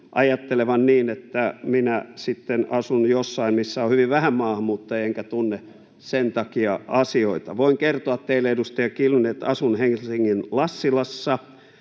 ajattelevan niin, että minä sitten asun jossain, missä on hyvin vähän maahanmuuttajia enkä tunne sen takia asioita. [Kimmo Kiljusen välihuuto] Voin kertoa teille, edustaja Kiljunen, että asun Helsingin Lassilassa